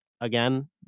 again